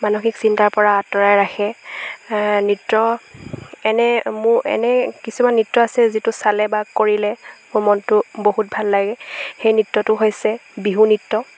মানসিক চিন্তাৰপৰা আঁতঁৰাই ৰাখে নৃত্য এনে মোৰ এনে কিছুমান নৃত্য আছে যিটো চালে বা কৰিলে মোৰ মনটো বহুত ভাল লাগে সেই নৃত্যটো হৈছে বিহু নৃত্য